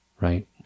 right